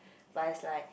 but it's like